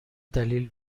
دلیل